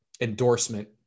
endorsement